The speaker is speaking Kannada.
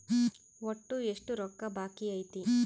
ಒಟ್ಟು ಎಷ್ಟು ರೊಕ್ಕ ಬಾಕಿ ಐತಿ?